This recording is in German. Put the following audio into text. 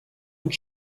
und